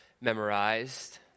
memorized